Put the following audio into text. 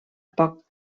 poc